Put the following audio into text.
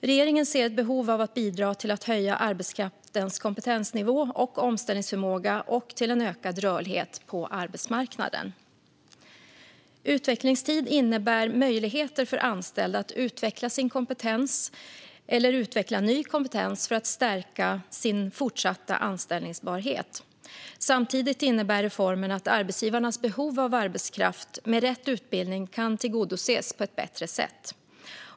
Regeringen ser ett behov av att bidra till att höja arbetskraftens kompetensnivå och omställningsförmåga och till en ökad rörlighet på arbetsmarknaden. Utvecklingstid innebär möjligheter för anställda att utveckla sin kompetens eller utveckla ny kompetens för att stärka sin fortsatta anställbarhet. Samtidigt innebär reformen att arbetsgivarnas behov av arbetskraft med rätt utbildning kan tillgodoses på ett bättre sätt.